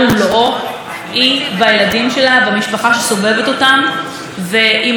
אם אנחנו לא נעלה הילוך במלחמה ברצח נשים,